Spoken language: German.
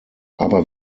aber